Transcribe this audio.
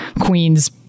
Queen's